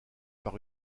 par